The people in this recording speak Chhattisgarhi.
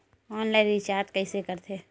ऑनलाइन रिचार्ज कइसे करथे?